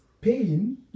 pain